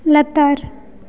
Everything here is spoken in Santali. ᱞᱟᱛᱟᱨ